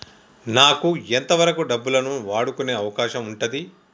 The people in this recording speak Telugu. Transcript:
నాకు ఎంత వరకు డబ్బులను వాడుకునే అవకాశం ఉంటది?